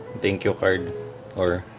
thank you card or